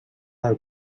del